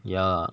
ya lah